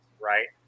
right